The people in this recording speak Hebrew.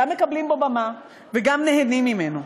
גם מקבלים בו במה וגם נהנים ממנו.